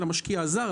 של המשקיע הזר,